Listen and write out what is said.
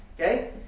Okay